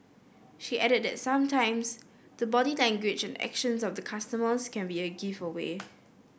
she added that sometimes the body language and actions of the customers can be a giveaway